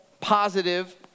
positive